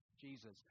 Jesus